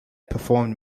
performed